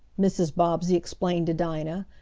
mrs. bobbsey explained to dinah,